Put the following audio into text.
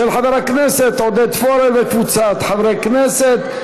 של חבר הכנסת עודד פורר וקבוצת חברי הכנסת.